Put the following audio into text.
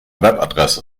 webadresse